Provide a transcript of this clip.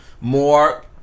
more